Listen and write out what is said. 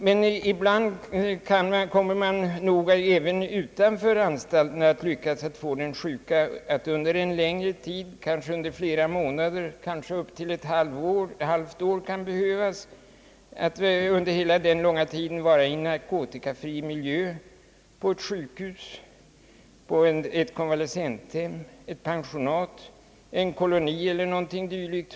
Men ibland kommer man nog även utanför anstalter att lyckas få den sjuke att under en längre tid — det behövs flera månader, kanske upp till ett halvt år — vara i narkotikafri miljö, på ett sjukhus, ett konvalescenthem, ett pensionat, en koloni eller någonting dylikt.